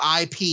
IP